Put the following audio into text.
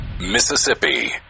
Mississippi